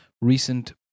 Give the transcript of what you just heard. recent